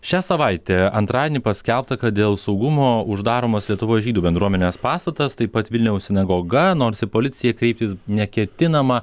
šią savaitę antradienį paskelbta kad dėl saugumo uždaromas lietuvos žydų bendruomenės pastatas taip pat vilniaus sinagoga nors į policiją kreiptis neketinama